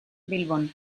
bilbon